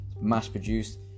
Mass-produced